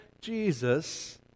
Jesus